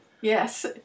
Yes